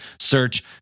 Search